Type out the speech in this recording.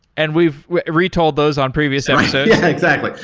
and we've retold those on previous episodes. yeah, exactly.